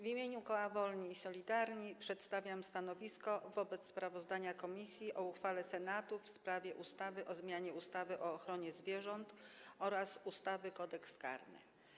W imieniu koła Wolni i Solidarni przedstawiam stanowisko wobec sprawozdania komisji o uchwale Senatu w sprawie ustawy o zmianie ustawy o ochronie zwierząt oraz ustawy Kodeks karny.